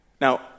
Now